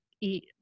eat